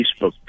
Facebook